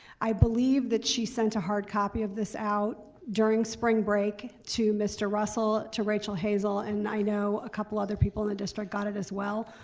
i believe that she sent a hard copy of this out during spring break to mr. russell, to rachel hazel, and i know a couple other people in the district got it as well.